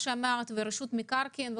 רשות המקרקעין,